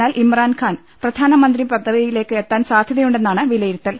എന്നാൽ ഇമ്രാൻഖാൻ പ്രധാനമന്ത്രി പദ വി യി ലേക്ക് എത്താൻ സാധ്യ ത യു ണ്ടെ ന്നാണ് വിലയിരുത്തൽ